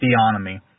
theonomy